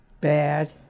bad